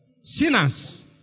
Sinners